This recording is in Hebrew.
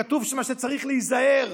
כתוב שם שצריך להיזהר,